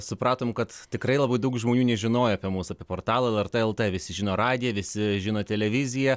supratom kad tikrai labai daug žmonių nežinoję apie mus apie portalą lrt lt visi žino radiją visi žino televiziją